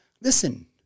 listen